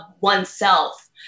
oneself